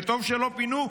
וטוב שלא פינו,